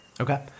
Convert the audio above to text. Okay